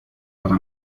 para